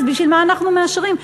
אז בשביל מה אנחנו מאשרים?